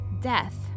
Death